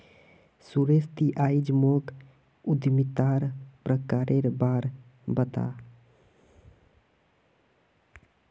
सुरेश ती आइज मोक उद्यमितार प्रकारेर बा र बता